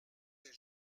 des